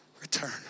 return